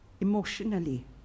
emotionally